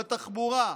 בתחבורה,